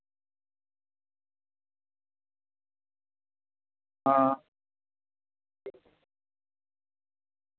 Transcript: आं